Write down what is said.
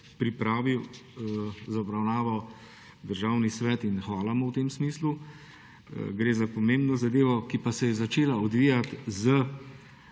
pripravil za obravnavo Državni svet in hvala mu v tem smislu. Gre za pomembno zadevo, ki pa se je začela odvijati z